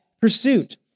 pursuit